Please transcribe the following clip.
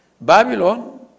Babylon